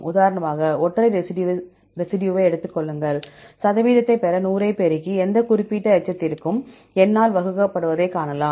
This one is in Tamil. உதாரணமாக ஒற்றை ரெசிடியூவை எடுத்துக் கொள்ளுங்கள் சதவீதத்தைப் பெற 100 ஐ பெருக்கி எந்த குறிப்பிட்ட எச்சத்திற்கும் N ஆல் வகுக்கப்படுவதைக் காணலாம்